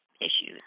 issues